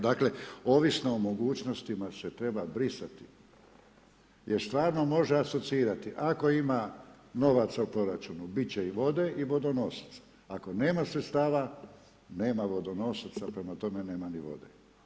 Dakle, ovisno o mogućnostima se treba, brisati, jer stvarno može asocirati ako ima novaca u proračunu, bit će i vode i vodonosaca, ako nema sredstava, nema vodonosaca, prema tome nema ni vode.